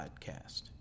Podcast